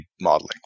modeling